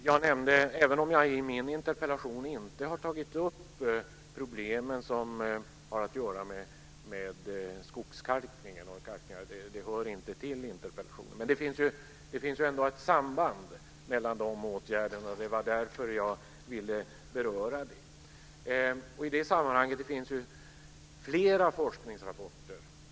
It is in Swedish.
Fru talman! Jag har inte i min interpellation tagit upp problemen som har att göra med skogskalkningen, för det hör inte till interpellationen. Men det finns ändå ett samband. Det var därför jag ville beröra det. I det sammanhanget finns det flera forskningsrapporter.